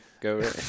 go